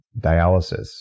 dialysis